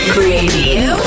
radio